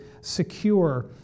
secure